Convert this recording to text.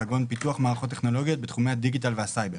כגון פיתוח מערכות טכנולוגיות בתחומי הדיגיטל והסייבר,